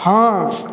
हाँ